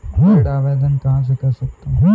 ऋण आवेदन कहां से कर सकते हैं?